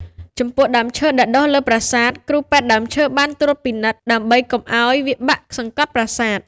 ចំពោះដើមឈើដែលដុះលើប្រាសាទ គ្រូពេទ្យដើមឈើបានត្រួតពិនិត្យដើម្បីកុំឱ្យវាបាក់សង្កត់ប្រាសាទ។